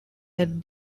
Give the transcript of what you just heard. that